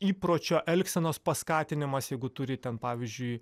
įpročių elgsenos paskatinimas jeigu turi ten pavyzdžiui